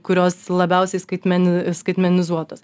kurios labiausiai skaitmeni skaitmenizuotos